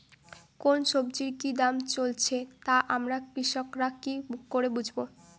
কোন সব্জির কি দাম চলছে তা আমরা কৃষক রা কি করে বুঝবো?